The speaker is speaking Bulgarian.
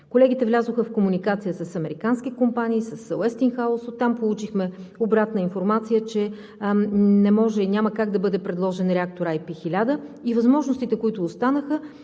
Колегите влязоха в комуникация с американски компании, с „Уестингхаус“. Оттам получихме обратна информация, че не може и няма как да бъде предложен реактор AP1000. Възможностите, които останаха,